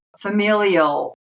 familial